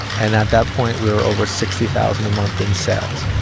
and at that point, we were over sixty thousand a month in sales.